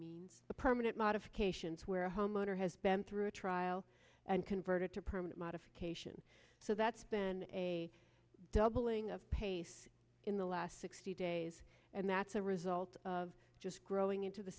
the permanent modifications where a homeowner has been through a trial and converted to permanent modification so that's been a doubling of pace in the last sixty days and that's a result of just growing into the